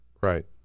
Right